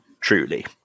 Truly